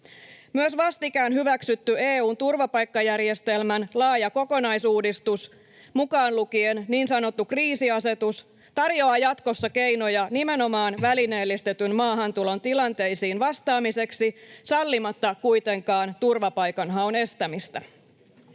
Myös vastikään hyväksytty EU:n turvapaikkajärjestelmän laaja kokonaisuudistus, mukaan lukien niin sanottu kriisiasetus, tarjoaa jatkossa keinoja nimenomaan välineellistetyn maahantulon tilanteisiin vastaamiseksi sallimatta kuitenkaan turvapaikanhaun estämistä.